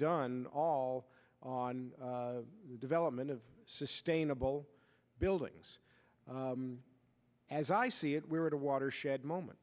done all on the development of sustainable buildings as i see it we're at a watershed moment